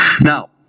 now